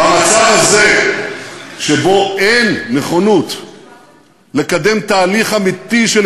במצב הזה, שבו אין נכונות לקדם תהליך אמיתי של